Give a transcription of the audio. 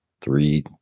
three